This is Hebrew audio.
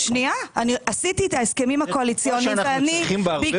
זאת תקופה שאנחנו צריכים בה הרבה עוצמה יהודית,